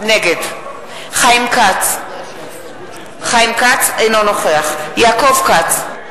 נגד חיים כץ, אינו נוכח יעקב כץ,